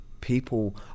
people